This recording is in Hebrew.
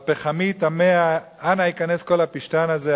והפחמי תמה, אנה ייכנס כל הפשתן הזה.